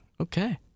okay